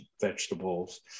vegetables